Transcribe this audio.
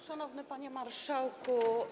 Szanowny Panie Marszałku!